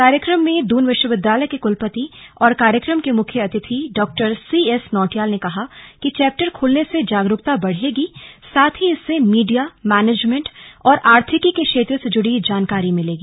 कार्यक्रम में दून विश्वविद्यालय के कुलपति और कार्यक्रम के मुख्य अतिथि डॉ सी एस नौटियाल ने कहा कि चैप्टर खुलने से जागरूकता बढेगी साथ ही इससे मीडिया मैनेजमेन्ट और आर्थिकी के क्षेत्र से जुड़ी जानकारी मिलेगी